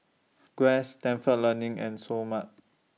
Guess Stalford Learning and Seoul Mart